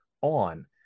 on